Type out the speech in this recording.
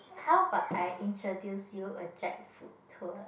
how about I introduce you a jackfruit tour